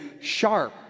sharp